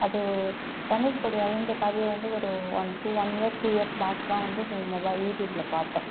அது தனுஷ்கோடி அழிஞ்ச கதையை வந்து ஒரு one two one years two years back தான் வந்து முதமொதலா யூட்யூப்பில பார்த்தேன்